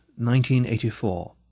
1984